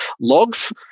logs